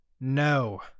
no